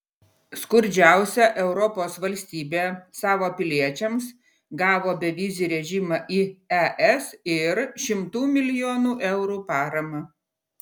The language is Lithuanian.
skurdžiausia europos valstybė savo piliečiams gavo bevizį režimą į es ir šimtų milijonų eurų paramą